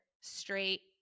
straight